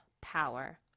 power